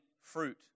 fruit